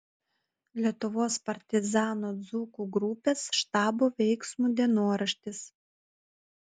lietuvos partizanų dzūkų grupės štabo veiksmų dienoraštis